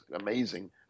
amazing